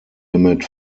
limit